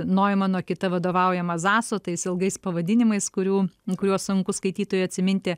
noimano kita vadovauja zaso tais ilgais pavadinimais kurių kuriuos sunku skaitytojui atsiminti